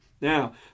Now